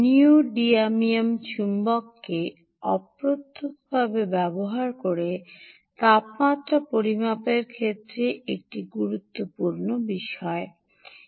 neodymium চুম্বককে অপ্রত্যক্ষভাবে ব্যবহার করে তাপমাত্রা পরিমাপের ক্ষেত্রে একটি গুরুত্বপূর্ণ বিষয় ছিল